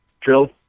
drill